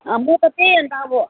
हाम्रो त त्यही अन्त अब